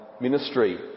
ministry